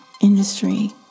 industry